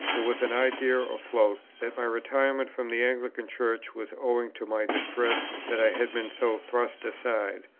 there was an idea afloat that my retirement from the anglican church was owing to my distress that i had been so thrust aside,